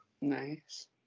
nice